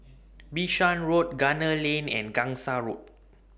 Bishan Road Gunner Lane and Gangsa Road